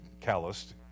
calloused